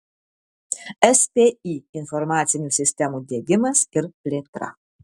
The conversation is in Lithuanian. spį informacinių sistemų diegimas ir plėtra